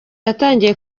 yatangiye